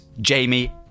Jamie